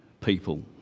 people